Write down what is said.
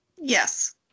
Yes